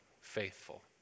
faithful